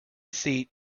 seat